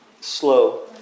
slow